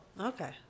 Okay